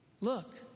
Look